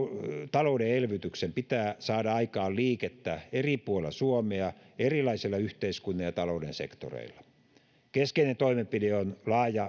talouden elvytyksen pitää saada aikaan liikettä eri puolilla suomea erilaisilla yhteiskunnan ja talouden sektoreilla keskeinen toimenpide on laaja